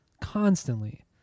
Constantly